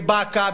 בבאקה,